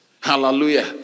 Hallelujah